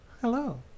Hello